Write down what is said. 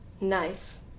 nice